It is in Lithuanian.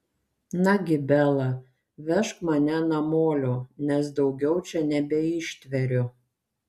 nagi bela vežk mane namolio nes daugiau čia nebeištveriu